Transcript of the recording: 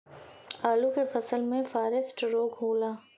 आलू के फसल मे फारेस्ट रोग होला?